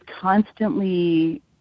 constantly